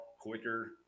quicker